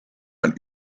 man